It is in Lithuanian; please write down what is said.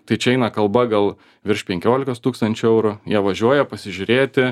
tai čia eina kalba gal virš penkiolikos tūkstančių eurų jie važiuoja pasižiūrėti